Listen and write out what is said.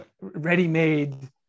ready-made